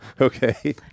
Okay